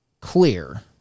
clear